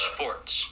Sports